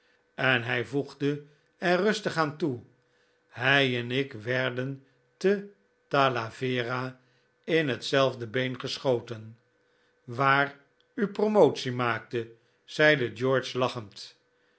en hij voegde er rustig aan toe hij en ik werden te talavera in hetzelfde been geschoten waar u promotie maakte zeide george lachend